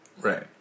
Right